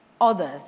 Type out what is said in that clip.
others